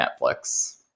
Netflix